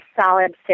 solid